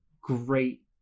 great